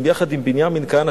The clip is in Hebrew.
יחד עם בנימין כהנא,